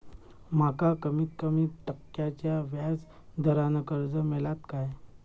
माका कमीत कमी टक्क्याच्या व्याज दरान कर्ज मेलात काय?